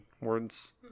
words